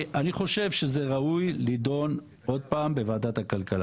אני חושב שזה ראוי להידון עוד פעם בוועדת הכלכלה